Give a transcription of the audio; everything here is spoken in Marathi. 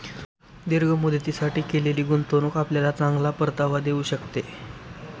दीर्घ मुदतीसाठी केलेली गुंतवणूक आपल्याला चांगला परतावा देऊ शकते